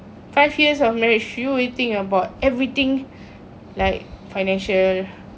five years of marriage you you think about everything like financial